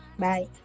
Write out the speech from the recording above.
Bye